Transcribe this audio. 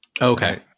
Okay